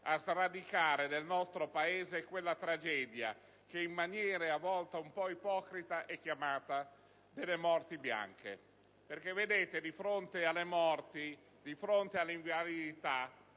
a sradicare nel nostro Paese quella tragedia, che in maniera a volte un po' ipocrita è chiamata delle morti bianche. Di fronte alle morti, di fronte all'invalidità,